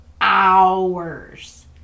hours